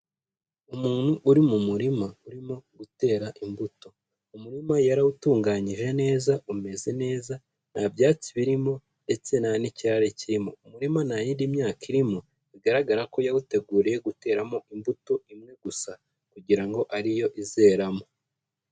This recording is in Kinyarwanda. Umuntu uri mu murima urimo gutera imbuto. Umurima yarawutunganyije neza, umeze neza, nta byatsi birimo ndetse nta n'ikirare kirimo. Umurima nta yindi myaka irimo bigaragara ko yawuteguriye guteramo imbuto imwe gusa kugira ngo ari yo izeramo.